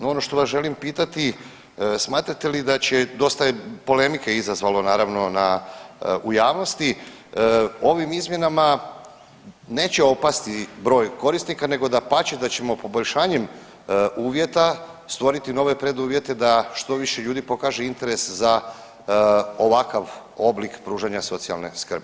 No, ono što vas želim pitati smatrate li da će, dosta je polemike izazvalo naravno na, u javnosti, ovim izmjenama neće opasti broj korisnika nego dapače da ćemo poboljšanjem uvjeta stvoriti nove preduvjete da štoviše ljudi pokaže interes za ovakav oblik pružanja socijalne skrbi.